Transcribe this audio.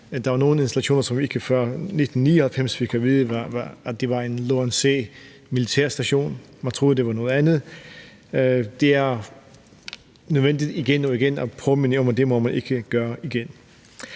Der var nogle installationer, som man ikke før 1999 fik at vide var militære installationer – man troede, det var noget andet. Det er nødvendigt igen og igen at påminde jer om, at det må man ikke gøre igen.